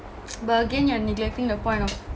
but again you're neglecting the point of